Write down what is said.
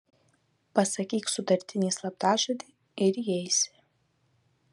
pasakyk sutartinį slaptažodį ir įeisi